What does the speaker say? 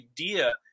idea